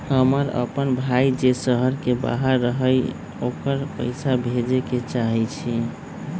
हमर अपन भाई जे शहर के बाहर रहई अ ओकरा पइसा भेजे के चाहई छी